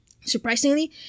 surprisingly